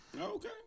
Okay